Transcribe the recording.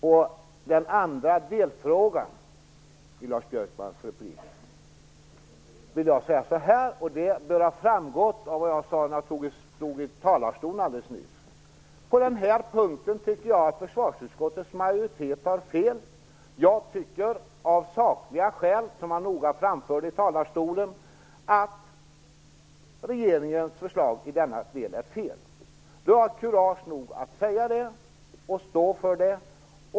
På den andra delfrågan i Lars Björkmans replik vill jag svara, och detta bör ha framgått av vad jag nyss sade här i riksdagens talarstol: På den här punkten tycker jag att försvarsutskottets majoritet har fel. Av sakliga skäl, som noga framförts i talarstolen, tycker jag att regeringens förslag i denna del är fel. Jag har kurage nog att säga det och jag står för det.